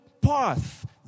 path